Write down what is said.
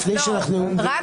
לפני שאנחנו -- לא,